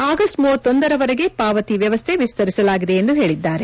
August ಖರವರೆಗೆ ಪಾವತಿ ವ್ಯವಸ್ಥೆ ವಿಸ್ತರಿಸಲಾಗಿದೆ ಎಂದು ಹೇಳಿದರು